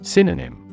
Synonym